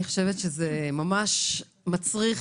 אני חושבת שזה ממש מצריך,